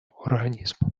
організму